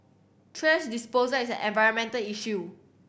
thrash disposal is an environmental issue